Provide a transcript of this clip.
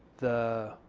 the